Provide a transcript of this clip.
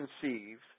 conceived